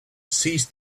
seized